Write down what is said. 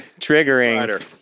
triggering